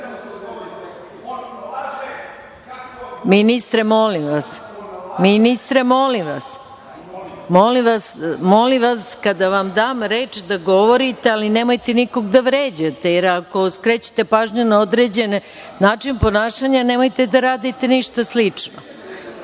On laže!)Ministre, molim vas, kada vam dam reč da govorite, nemojte nikog da vređate, jer ako skrećete pažnju na određen način ponašanja, nemojte da radite ništa